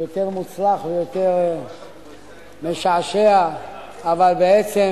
יותר מוצלח ויותר משעשע אבל בעצם